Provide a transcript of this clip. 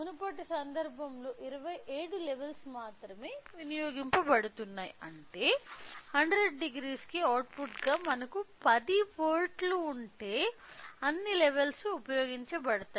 మునుపటి సందర్భంలో 27 లెవెల్స్ మాత్రమే వినియోగించబడుతున్నాయి అయితే 1000 కి అవుట్పుట్గా మనకు 10 వోల్ట్లు ఉంటే అన్ని లెవెల్స్ ఉపయోగించబడతాయి